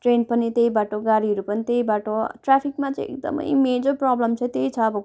train पनि त्यही बाटो गाडीहरू पनि त्यही बाटो ट्राफिकमा चाहिँ एकदमै मेजर प्रब्लम चाहिँ त्यही छ अब